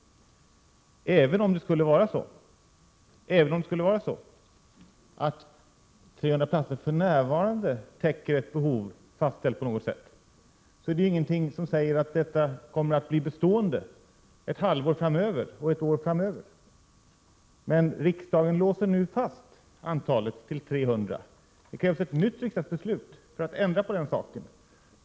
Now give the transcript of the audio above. Även om det skulle vara så att 300 platser för närvarande täcker ett behov fastställt på något sätt är det ingenting som säger att detta kommer att bli bestående ett halvår eller ett år framöver. Men riksdagen låser nu fast antalet platser till 300. Det krävs ett nytt riksdagsbeslut för att ändra på det.